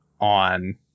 on